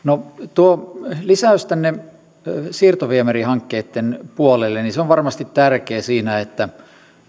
tuo lisäys tänne siirtoviemärihankkeitten puolelle on varmasti tärkeä siinä että